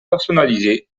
personnalisé